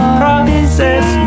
process